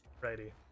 Righty